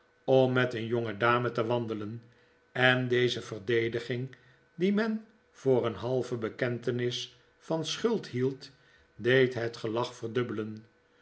om met een jongedame te wandelen en deze verdediging die men voor een halve bekentenis van schuld hield deed het gelach verdubbelen